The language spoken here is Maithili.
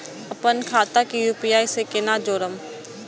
अपनो खाता के यू.पी.आई से केना जोरम?